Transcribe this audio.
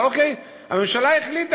אבל הממשלה החליטה.